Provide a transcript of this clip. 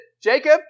Jacob